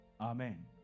Amen